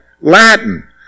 Latin